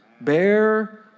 Bear